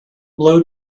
blow